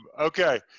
Okay